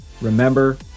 Remember